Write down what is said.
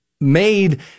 made